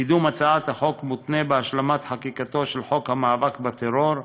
קידום הצעת החוק מותנה בהשלמת חקיקתו של חוק המאבק בטרור,